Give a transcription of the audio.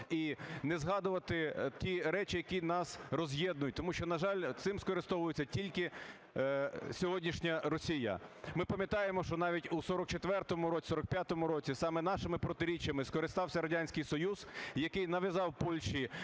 і не згадувати ті речі, які нас роз'єднують, тому що, на жаль, цим скористовується тільки сьогоднішня Росія. Ми пам'ятаємо, що навіть у 1944-1945 році саме нашими протиріччями скористався Радянський Союз, який нав'язав Польщі